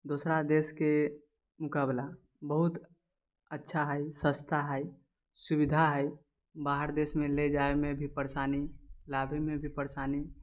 दोसरा देशके मोकाबला बहुत अच्छा है सस्ता है सुविधा है बाहर देशमे लए जाइमे भी परेशानी लाबैमे भी परेशानी